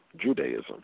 Judaism